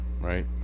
right